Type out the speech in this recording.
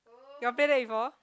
you got play that before